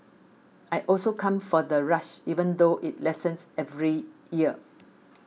I also come for the rush even though it lessens every year